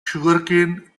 sugarcane